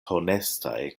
honestaj